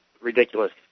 ridiculous –